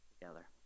together